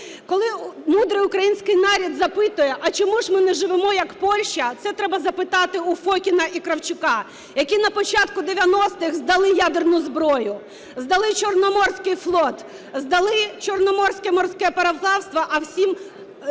Коли мудрий український народ запитує – а чому ж ми не живемо як Польща, це треба запитати у Фокіна і Кравчука, які на початку 90-х здали ядерну зброю, здали Чорноморський флот, здали "Чорноморське морське пароплавство", а всім